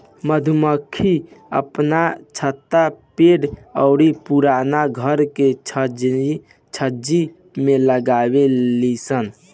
मधुमक्खी आपन छत्ता पेड़ अउरी पुराना घर के छज्जा में लगावे लिसन